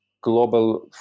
global